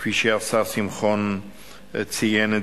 כפי שהשר שמחון ציין,